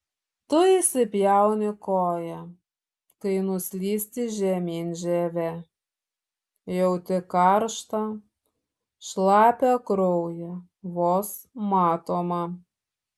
tu įsipjauni koją kai nuslysti žemyn žieve jauti karštą šlapią kraują vos matomą